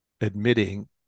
admitting